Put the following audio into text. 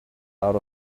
out